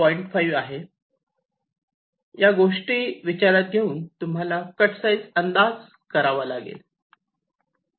या गोष्टी या गोष्टी विचारात घेऊन तुम्हाला कट साइज अंदाज करावा लागतो